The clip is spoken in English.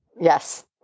Yes